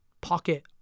pocket